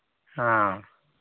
हाँ